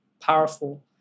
powerful